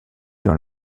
dans